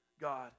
God